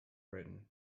britain